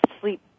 sleep